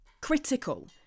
Critical